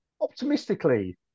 optimistically